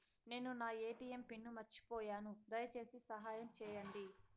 నేను నా ATM pin మర్చిపోయాను, దయచేసి సహాయం చేయండి